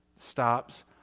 stops